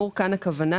תקנה